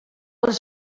les